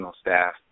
staff